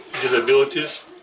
disabilities